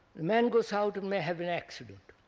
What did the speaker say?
the man goes out and may have an accident,